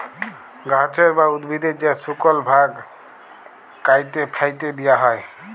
গাহাচের বা উদ্ভিদের যে শুকল ভাগ ক্যাইটে ফ্যাইটে দিঁয়া হ্যয়